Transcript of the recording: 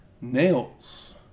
Nails